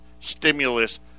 stimulus